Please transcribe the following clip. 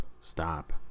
stop